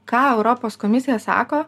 ką europos komisija sako